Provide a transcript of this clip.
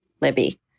Libby